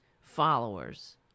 followers